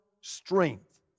strength